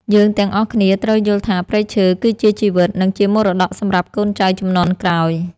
យើងទាំងអស់គ្នាត្រូវយល់ថាព្រៃឈើគឺជាជីវិត និងជាមរតកសម្រាប់កូនចៅជំនាន់ក្រោយ។